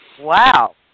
Wow